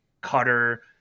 cutter